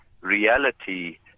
reality